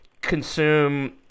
consume